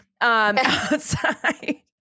outside